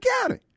County